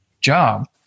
job